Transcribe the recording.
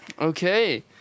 Okay